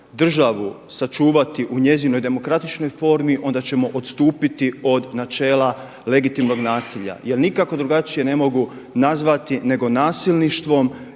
sačuvati u njezinoj demokratičnoj formi onda ćemo odstupiti od načela legitimnog nasilja. Jer nikako drugačije ne mogu nazvati nego nasilništvom